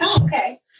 Okay